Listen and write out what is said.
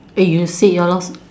eh you said ya lor